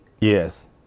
Yes